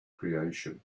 creation